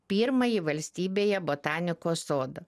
pirmąjį valstybėje botanikos sodą